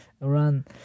run